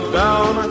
down